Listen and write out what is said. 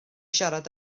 siarad